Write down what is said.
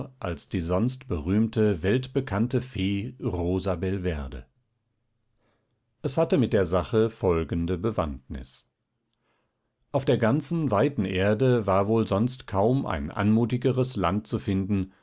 als die sonst berühmte weltbekannte fee rosabelverde es hatte mit der sache folgende bewandtnis auf der ganzen weiten erde war wohl sonst kaum ein anmutigeres land zu finden